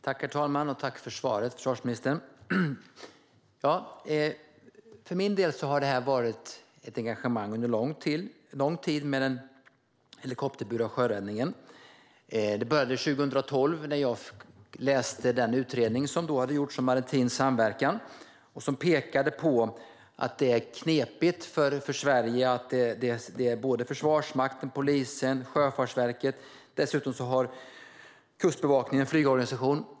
Herr talman! Tack för svaret, försvarsministern! För min del har jag haft ett engagemang under en lång tid när det gäller den helikopterburna sjöräddningen. Det började 2012, när jag läste den utredning som då hade gjorts om maritim samverkan och som pekade på att det är knepigt för Sverige att det gäller Försvarsmakten, polisen och Sjöfartsverket. Dessutom har Kustbevakningen en flygorganisation.